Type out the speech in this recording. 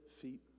feet